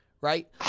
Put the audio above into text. Right